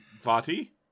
Vati